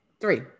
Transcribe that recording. three